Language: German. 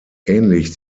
ähnlich